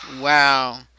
Wow